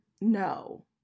No